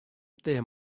there